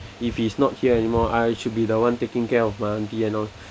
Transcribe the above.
if he's not here anymore I should be the one taking care of my auntie and all